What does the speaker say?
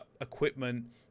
equipment